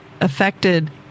affected